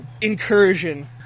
incursion